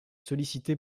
sollicité